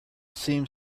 seemed